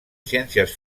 ciències